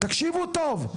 תקשיבו טוב.